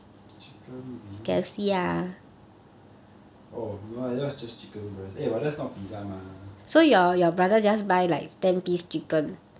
chicken wing oh no that is just just chicken breast but that's not pizza ma